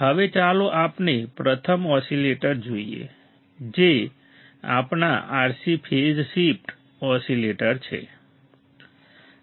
હવે ચાલો આપણે પ્રથમ ઓસીલેટર જોઈએ જે આપણા RC ફેઝ શિફ્ટ ઓસીલેટર છે